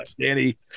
Danny